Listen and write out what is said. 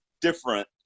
different